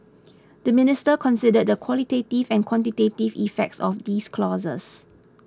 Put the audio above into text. the Minister considered the qualitative and quantitative effects of these clauses